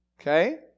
Okay